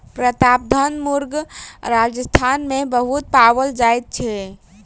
प्रतापधन मुर्ग राजस्थान मे बहुत पाओल जाइत छै